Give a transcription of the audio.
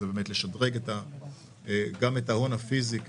זה לשדרג את ההון הפיזי,